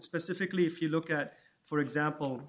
specifically if you look at for example